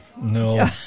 no